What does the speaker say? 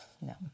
No